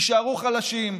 יישארו חלשים,